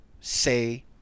say